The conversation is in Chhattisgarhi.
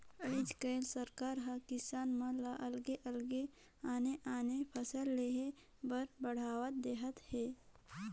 आयज कायल सरकार हर किसान मन ल अलगे अलगे आने आने फसल लेह बर बड़हावा देहत हे